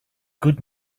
good